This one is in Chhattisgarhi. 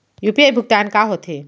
यू.पी.आई भुगतान का होथे?